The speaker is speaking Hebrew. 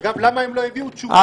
אגב, למה הם לא העבירו תשובות בכתב?